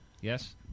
Yes